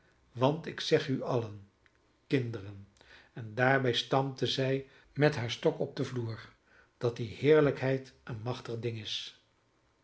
want ik zeg u allen kinderen en daarbij stampte zij met haar stok op den vloer dat die heerlijkheid een machtig ding is